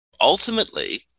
Ultimately